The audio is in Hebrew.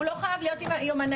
הוא לא חייב להיות עם היומנאי.